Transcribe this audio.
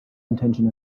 intention